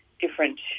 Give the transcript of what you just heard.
different